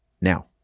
now